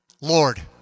Lord